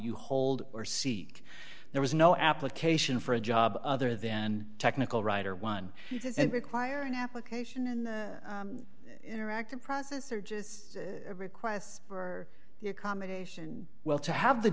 you hold or seek there is no application for a job other than technical writer one and require an application in the interactive process or just a request for the accommodation well to have the